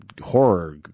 horror